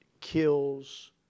kills